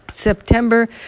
September